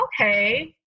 okay